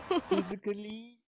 Physically